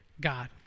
God